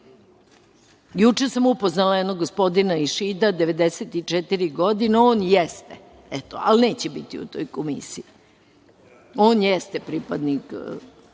sam upoznala jednog gospodina iz Šida, 94 godine, on jeste, eto, ali neće biti u toj komisiji. On jeste pripadnik